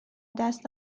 دست